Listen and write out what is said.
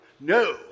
No